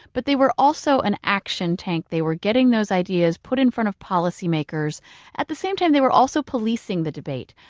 but they were also an action tank. they were getting those ideas put in front of policymakers at the same time they were also policing the debate.